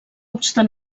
obstant